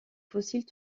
fossiles